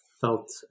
felt